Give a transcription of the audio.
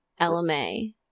LMA